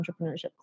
entrepreneurship